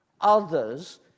Others